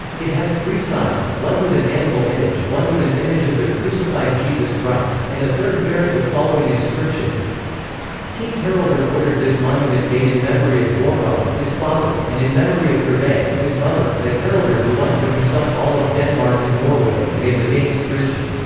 it has three sides one with an animal image, one with an image of the crucified jesus christ, and a third bearing the following inscription king haraldr ordered this monument made in memory of gormr, his father, and in memory of thyrve, his mother that haraldr who won for himself all of denmark and norway and made the danes christian.